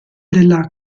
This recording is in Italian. della